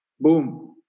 Boom